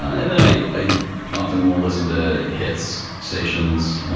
and i i often will listen to hits stations.